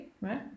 Right